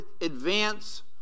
advance